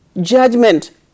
judgment